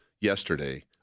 yesterday